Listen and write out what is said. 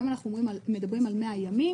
היום אנחנו מדברים על 100 ימים,